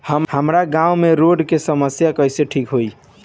हमारा गाँव मे रोड के समस्या कइसे ठीक होई?